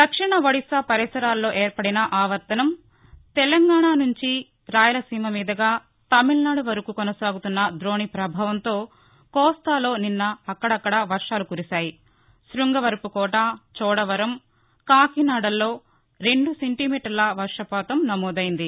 దక్షిణ ఒడిశా పరిసరాల్లో ఏర్పడిన ఆవర్తనం తెలంగాణ నుంచి రాయలసీమ మీదుగా తమిళనాడు వరకు కొనసాగుతున్న దోణి పభావంతో కోస్తాలో నిన్న అక్కదక్కడా వర్షాలు కురిశాయి శృంగవరపుకోట చోడవరం కాకినాదల్లో రెండు సెంటీమీటర్ల వర్షపాతం నమోదైంది